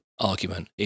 argument